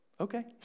okay